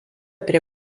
prie